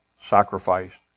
sacrificed